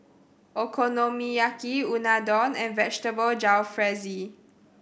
Okonomiyaki Unadon and Vegetable Jalfrezi